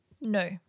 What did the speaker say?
No